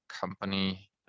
company